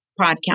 podcast